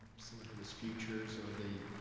so whether it's futures or the,